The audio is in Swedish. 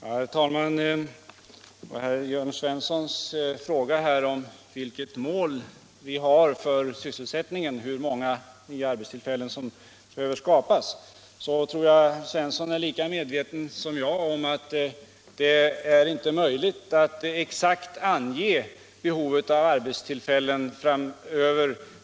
Herr talman! Herr Jörn Svensson frågade vilket mål vi har för sysselsättningen och hur många nya arbetstillfällen som behöver skapas. Jag tror att herr Svensson är lika medveten som jag om att det inte är möjligt att exakt ange det framtida behovet av arbetstillfällen.